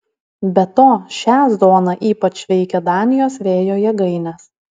be to šią zoną ypač veikia danijos vėjo jėgainės